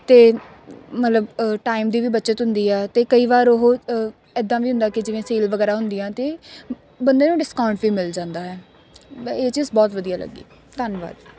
ਅਤੇ ਮਤਲਬ ਟਾਈਮ ਦੀ ਵੀ ਬੱਚਤ ਹੁੰਦੀ ਆ ਅਤੇ ਕਈ ਵਾਰ ਉਹ ਇੱਦਾਂ ਵੀ ਹੁੰਦਾ ਕਿ ਜਿਵੇਂ ਸੇਲ ਵਗੈਰਾ ਹੁੰਦੀ ਆ ਅਤੇ ਬੰਦੇ ਨੂੰ ਡਿਸਕਾਊਂਟ ਵੀ ਮਿਲ ਜਾਂਦਾ ਹੈ ਇਹ ਚੀਜ਼ ਬਹੁਤ ਵਧੀਆ ਲੱਗੀ ਧੰਨਵਾਦ